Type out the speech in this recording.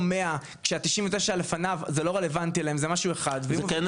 מאה ש-99 לפניו זה לא רלוונטי --- זה כן רלוונטי,